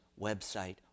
website